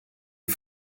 die